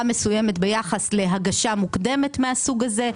מסוימת ביחס להגשה מוקדמת מהסוג הזה,